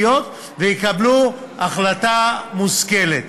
התקציביות ויקבלו החלטה מושכלת.